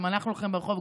אם אנחנו הולכים ברחוב,